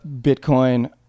Bitcoin